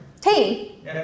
Team